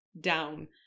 down